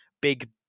big